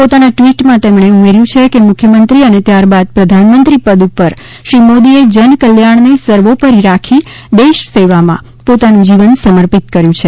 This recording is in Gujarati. પોતાના ટ્રવિટમાં તેમણે ઉમેર્યું છે કે મુખ્યમંત્રી અને ત્યારબાદ પ્રધાનમંત્રી પદ ઉપર શ્રી મોદી એ જન કલ્યાણને સર્વોપરી રાખી દેશસેવામાં પોતાનું જીવન સમર્પિત કર્યું છે